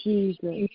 Jesus